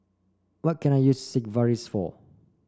what can I use Sigvaris for